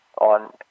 on